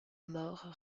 mort